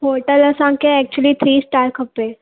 hotel असांखे actually three star खपे